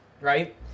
right